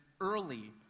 early